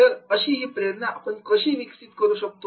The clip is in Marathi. तर अशी ही प्रेरणा आपण कशी विकसित करू शकतो